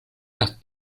las